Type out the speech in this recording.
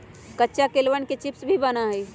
कच्चा केलवन के चिप्स भी बना हई